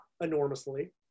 enormously